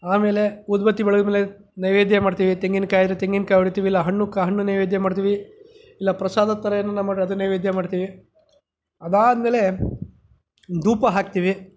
ಆಮೇಲೆ ಊದುಬತ್ತಿ ಬೆಳಗಿದ ಮೇಲೆ ನೈವೇದ್ಯ ಮಾಡ್ತೀವಿ ತೆಂಗಿನಕಾಯಿ ಇದ್ದರೆ ತೆಂಗಿನಕಾಯಿ ಒಡಿತೀವಿ ಇಲ್ಲ ಹಣ್ಣು ಕ ಹಣ್ಣು ನೈವೇದ್ಯ ಮಾಡ್ತೀವಿ ಇಲ್ಲ ಪ್ರಸಾದದ ಥರ ಏನಾನ ಮಾಡಿ ಅದರ ನೈವೇದ್ಯ ಮಾಡ್ತೀವಿ ಅದಾದ ಮೇಲೆ ಧೂಪ ಹಾಕ್ತೀವಿ